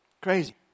Crazy